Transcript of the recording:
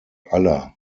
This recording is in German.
aller